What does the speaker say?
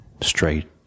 straight